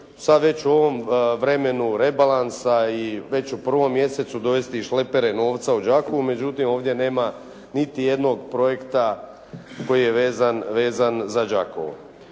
sad već u ovom vremenu rebalansa i već u 1. mjeseci dovesti šlepere novca u Đakovo, međutim ovdje nema niti jednog projekta koji je vezan za Đakovo.